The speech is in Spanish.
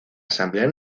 asamblea